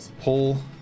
Pull